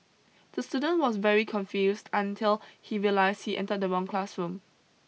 the student was very confused until he realised he entered the wrong classroom